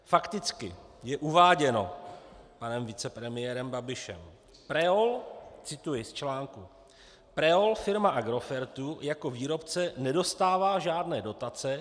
Fakticky je uváděno panem vicepremiérem Babišem cituji z článku: Preol, firma Agrofertu, jako výrobce nedostává žádné dotace.